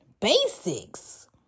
basics